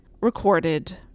recorded